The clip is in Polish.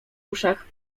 uszach